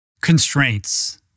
Constraints